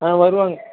ஆ வருவாங்க